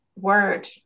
word